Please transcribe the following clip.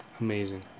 amazing